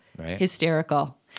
hysterical